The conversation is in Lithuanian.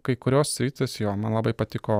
kai kurios sritys jo man labai patiko